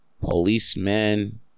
policemen